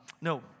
No